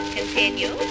Continue